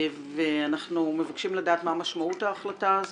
אנחנו מבקשים לדעת מה משמעות ההחלטה הזאת,